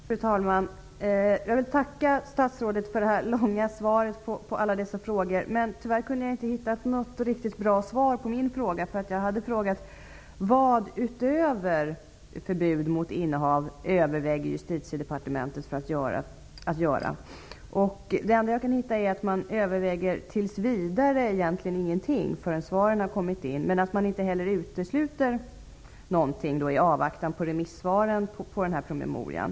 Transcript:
Fru talman! Jag vill tacka statsrådet för hennes långa svar på alla dessa frågor, men tyvärr kunde jag inte hitta något riktigt bra svar på min fråga. Jag hade frågat vilka åtgärder utöver ett förbud mot innehav som Justitiedepartementet övervägde. Det enda svar jag kan hitta är att man egentligen inte överväger någonting förrän remissvaren har kommit in men att man inte heller utesluter någonting i avvaktan på remissvaren på promemorian.